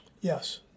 Yes